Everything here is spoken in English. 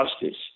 Justice